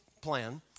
plan